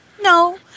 No